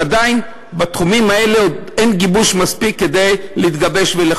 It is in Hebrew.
עדיין מרגישה שבתחומים האלה אין עדיין גיבוש מספיק כדי לחוקק.